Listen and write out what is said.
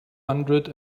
hundred